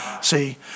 See